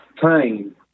time